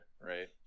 right